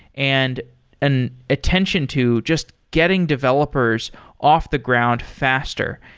and an attention to just getting developers off the ground faster,